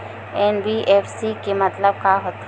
NBFC के मतलब का होथे?